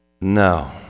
no